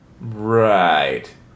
Right